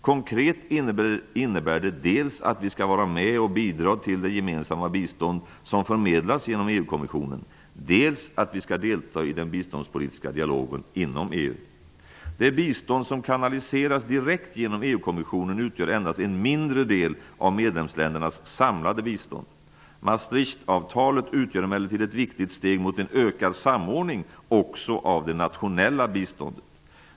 Konkret innebär det dels att vi skall vara med och bidra till det gemensamma bistånd som förmedlas genom EU-kommissionen, dels att vi skall delta i den biståndspolitiska dialogen inom EU. Det bistånd som kanaliseras direkt genom EU-kommissionen utgör endast en mindre del av medlemsländernas samlade bistånd. Maastrichtavtalet utgör emellertid ett viktigt steg mot en ökad samordning också av det nationella biståndet.